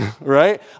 right